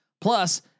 Plus